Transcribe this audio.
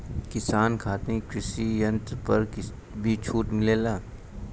किसान खातिर कृषि यंत्र पर भी छूट मिलेला?